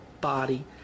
body